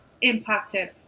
impacted